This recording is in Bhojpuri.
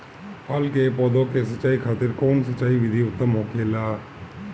फल के पौधो के सिंचाई खातिर कउन सिंचाई विधि उत्तम होखेला?